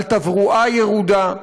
על תברואה ירודה.